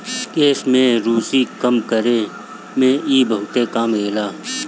केश में रुसी कम करे में इ बहुते काम देला